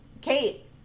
Kate